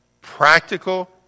Practical